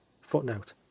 footnote